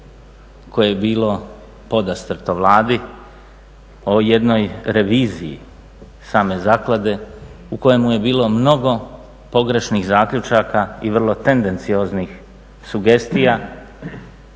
koje je bilo podastrto Vladi o jednoj reviziji same zaklade u kojemu je bilo mnogo pogrešnih zaključaka i vrlo tendencioznih sugestija.